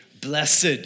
Blessed